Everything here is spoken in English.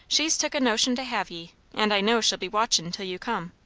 she's took a notion to have ye and i know she'll be watchin' till you come.